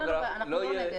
מה יקרה לבד, לא הבנתי.